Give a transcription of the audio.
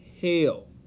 hell